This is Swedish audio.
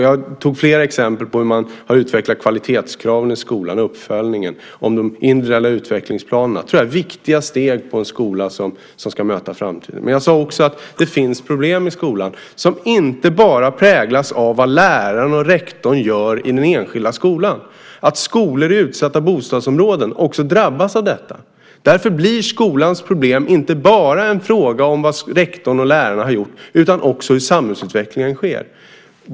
Jag tog flera exempel på hur man har utvecklat kvalitetskraven i skolan, till exempel uppföljningen och de individuella utvecklingsplanerna. Det tror jag är viktiga steg mot en skola som ska möta framtiden. Men jag sade också att det finns problem i skolan som inte bara präglas av vad lärarna och rektorn gör i den enskilda skolan. Skolor i utsatta bostadsområden drabbas också av detta. Därför blir skolans problem inte bara en fråga om vad rektorn och lärarna har gjort utan också en fråga om hur samhällsutvecklingen sker.